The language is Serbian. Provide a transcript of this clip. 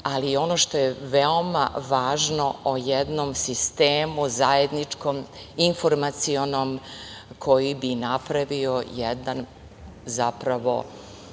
ali ono što je veoma važno, o jednom sistemu zajedničkom, informacionom koji bi napravio jedan